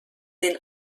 den